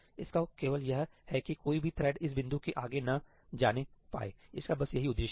इसका उद्देश्य केवल यह है की कोई भी थ्रेड इस बिंदु के आगे ना जाने पाए इसका बस यही उद्देश्य है